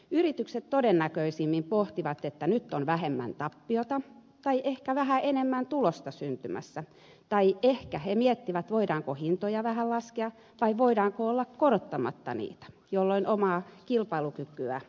yritykset todennäköisimmin pohtivat että nyt on vähemmän tappiota tai ehkä vähän enemmän tulosta syntymässä tai ehkä yrittäjät miettivät voidaanko hintoja vähän laskea vai voidaanko olla korottamatta niitä jolloin omaa kilpailukykyä pohditaan